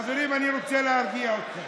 חברים, אני רוצה להרגיע אתכם.